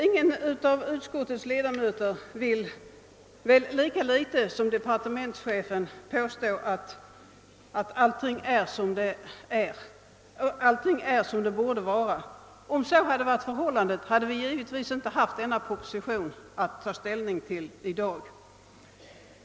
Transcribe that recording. Ingen av utskottets ledamöter vill väl, lika litet som departementschefen, påstå att allt är som det borde vara. Om så hade varit förhållandet, hade vi givetvis inte haft att ta ställning till förevarande proposition i dag.